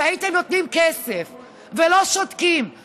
והייתם נותנים כסף ולא שותקים,